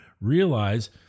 Realize